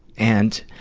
and